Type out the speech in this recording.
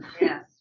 Yes